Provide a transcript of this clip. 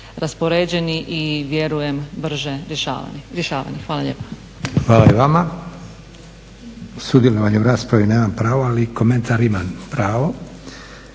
raspoređeni i vjerujem brže rješavani. Hvala lijepa. **Leko, Josip (SDP)** Hvala i vama. Sudjelovanje u raspravi nemam pravo, ali komentar imam pravo.